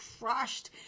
crushed